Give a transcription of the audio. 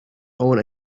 own